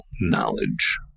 knowledge